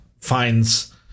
finds